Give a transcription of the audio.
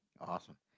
Awesome